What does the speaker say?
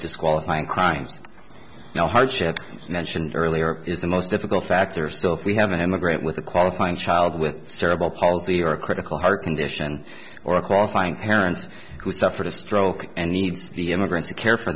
disqualifying crimes no hardship mentioned earlier is the most difficult factor so if we have an immigrant with a qualifying child with cerebral palsy or a critical heart condition or a qualifying parents who suffered a stroke and needs the immigrant to care for